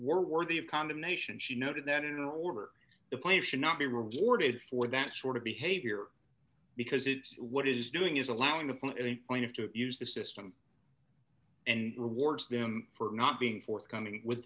worthy of condemnation she noted that in order the player should not be rewarded for that sort of behavior because it is what is doing is allowing the point any point of to abuse the system and rewards them for not being forthcoming with